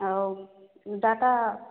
ଆଉ ଡାଟା